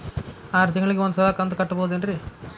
ಆರ ತಿಂಗಳಿಗ ಒಂದ್ ಸಲ ಕಂತ ಕಟ್ಟಬಹುದೇನ್ರಿ?